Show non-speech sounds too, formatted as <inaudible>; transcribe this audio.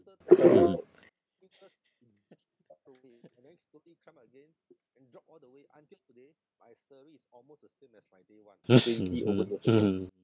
mmhmm <laughs>